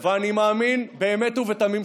ננצח ולתת גיבוי לממשלה ולהגיד לממשלה: